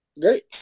Great